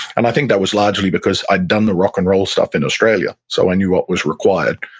and i think that was largely because i'd done the rock and roll stuff in australia, so i knew what was required.